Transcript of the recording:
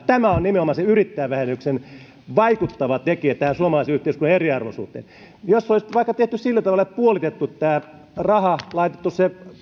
tämä on nimenomaan se yrittäjävähennyksen vaikuttava tekijä tähän suomalaisen yhteiskunnan eriarvoisuuteen jos olisi tehty vaikka sillä tavalla että olisi puolitettu tämä raha laitettu